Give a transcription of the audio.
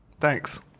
Thanks